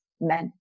men